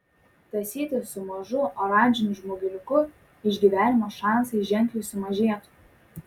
tąsytis su mažu oranžiniu žmogeliuku išgyvenimo šansai ženkliai sumažėtų